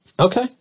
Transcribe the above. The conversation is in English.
Okay